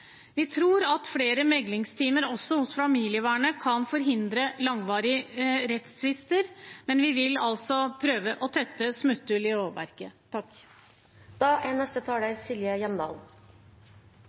Vi tror at flere meglingstimer også hos familievernet kan forhindre langvarige rettstvister, men vi vil altså prøve å tette smutthull i lovverket. Jeg er